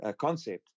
concept